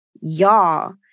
Y'all